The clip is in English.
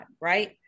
right